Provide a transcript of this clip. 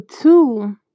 two